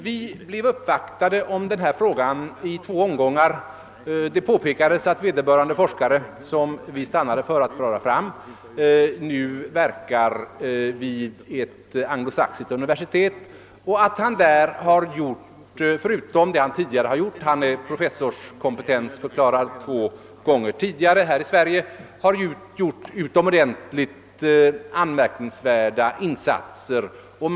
Vi blev i två omgångar uppvaktade i denna fråga. Det påpekades att vederbörande forskare som vi stannade för att föreslå en fast tjänst åt nu verkar vid ett anglosaxiskt universitet och att han, förutom att han är professorskompetensförklarad två gånger tidigare här i Sverige, har gjort utomordentligt anmärkningsvärda insatser vid detta universitet.